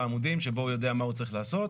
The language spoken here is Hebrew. עמודים שבו הוא יודע מה הוא צריך לעשות.